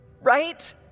right